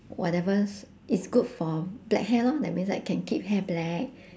whatever's is good for black hair lor that means like can keep hair black